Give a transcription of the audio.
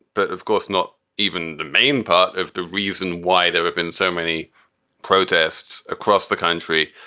but, of course, not even the main part of the reason why there have been so many protests across the country.